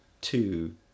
two